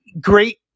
great